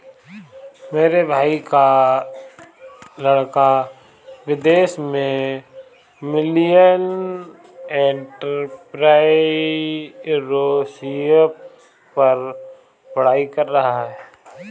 मेरे भाई का लड़का विदेश में मिलेनियल एंटरप्रेन्योरशिप पर पढ़ाई कर रहा है